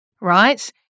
right